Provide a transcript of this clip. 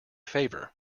favor